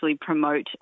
promote